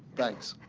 thanks.